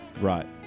Right